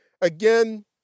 Again